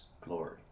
glory